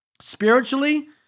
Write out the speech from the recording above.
Spiritually